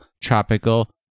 tropical